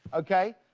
okay?